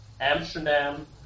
Amsterdam